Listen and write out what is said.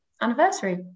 anniversary